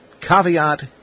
Caveat